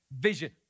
vision